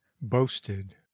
boasted